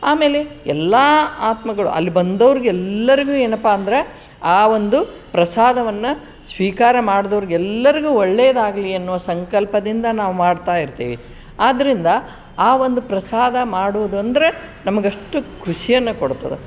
ಆಮೇಲೆ ಎಲ್ಲ ಆತ್ಮಗಳು ಅಲ್ಲಿ ಬಂದವ್ರ್ಗೆಲ್ಲರಿಗೂ ಏನಪ್ಪ ಅಂದರೆ ಆ ಒಂದು ಪ್ರಸಾದವನ್ನು ಸ್ವೀಕಾರ ಮಾಡಿದವ್ರ್ಗೆಲ್ಲರಿಗು ಒಳ್ಳೆದಾಗಲಿ ಅನ್ನೋ ಸಂಕಲ್ಪದಿಂದ ನಾವು ಮಾಡ್ತಾ ಇರ್ತೀವಿ ಆದ್ದರಿಂದ ಆ ಒಂದು ಪ್ರಸಾದ ಮಾಡುವುದಂದರೆ ನಮಗಷ್ಟು ಖುಷಿಯನ್ನು ಕೊಡ್ತದೆ